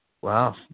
Wow